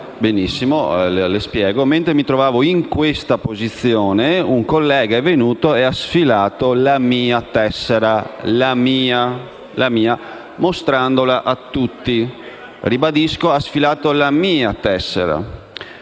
Benissimo, le spiego. Mentre mi trovavo in questa posizione, un collega è venuto e ha sfilato la mia tessera - la mia - mostrandola a tutti. Ribadisco che ha sfilato la mia tessera,